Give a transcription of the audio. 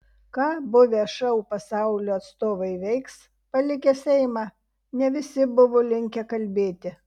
ką buvę šou pasaulio atstovai veiks palikę seimą ne visi buvo linkę kalbėti